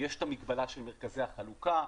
יש את המגבלה של מרכזי החלוקה,